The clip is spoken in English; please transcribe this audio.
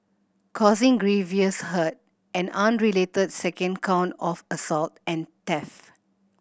causing grievous hurt an unrelated second count of assault and theft